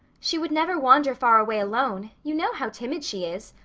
she would never wander far away alone. you know how timid she is.